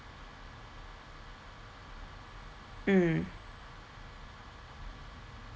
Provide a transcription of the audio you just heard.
mm